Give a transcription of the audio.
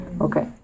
Okay